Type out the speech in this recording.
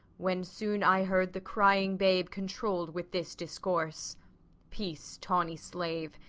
when soon i heard the crying babe controll'd with this discourse peace, tawny slave,